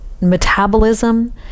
metabolism